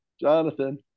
Jonathan